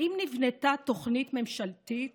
האם נבנתה תוכנית ממשלתית